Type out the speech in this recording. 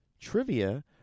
trivia